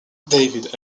david